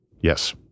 Yes